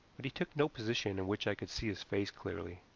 but he took no position in which i could see his face clearly.